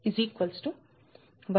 6007